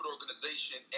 organization